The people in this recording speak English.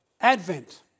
Advent